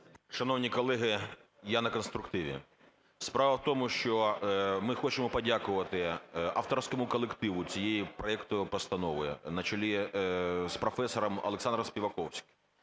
Шановні колеги, я – на конструктиві. Справа в тому, що ми хочемо подякувати авторському колективу цього проекту постанови на чолі з професором Олександром Співаковським,